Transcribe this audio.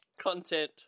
content